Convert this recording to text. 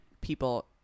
people